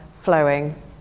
flowing